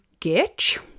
Gitch